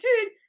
dude